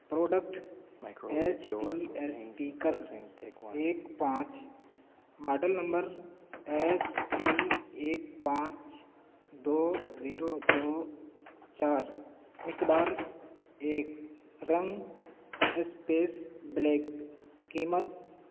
product H P speaker ایک پانچ model number S P ایک پانچ دو زیرو دو چار مقدار ایک رنگ اسپیس بلیک قیمت